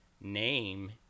name